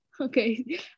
Okay